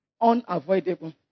unavoidable